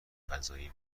فضایی